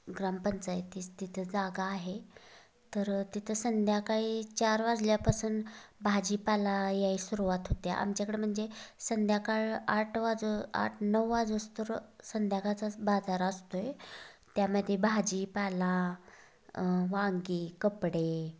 ग्रामपंचायतीचं तिथं जागा आहे तर तिथं संध्याकाळी चार वाजल्यापसून भाजीपाला याय सुरुवात होते आमच्याकडे म्हणजे संध्याकाळ आठ वाजू आठ नऊ वाजोस्तोर संध्याकाळचाच बाजार असतोय त्यामध्ये भाजीपाला वांगी कपडे